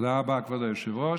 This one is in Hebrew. תודה רבה, כבוד היושב-ראש.